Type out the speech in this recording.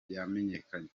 yamenyekanye